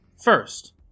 first